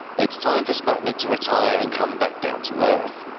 it's time for sputnik to retire and come back down to earth.